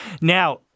Now